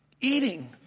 Eating